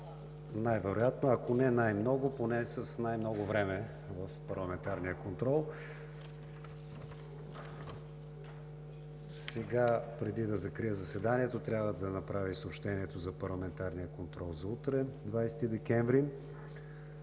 Най-вероятно, ако не най-много, поне с най-много време в парламентарния контрол. Сега, преди да закрия заседанието, трябва да направя и съобщенията за парламентарния контрол за утре – 20 декември: